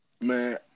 Man